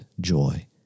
joy